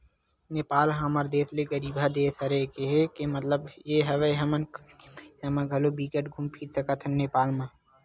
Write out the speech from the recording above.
नेपाल ह हमर देस ले गरीबहा देस हरे, केहे के मललब ये हवय हमन कमती पइसा म घलो बिकट घुम फिर सकथन नेपाल म